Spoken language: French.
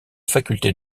faculté